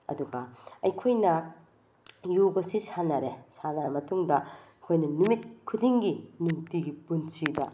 ꯑꯗꯨꯒ ꯑꯩꯈꯣꯏꯅ ꯌꯣꯒꯁꯤ ꯁꯥꯟꯅꯔꯦ ꯁꯥꯟꯅꯔ ꯃꯇꯨꯡꯗ ꯑꯩꯈꯣꯏꯅ ꯅꯨꯃꯤꯠꯈꯨꯗꯤꯡꯒꯤ ꯅꯨꯡꯇꯤꯒꯤ ꯄꯨꯟꯁꯤꯗ